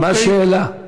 מה השאלה?